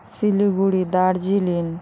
Siliguri Darjeeling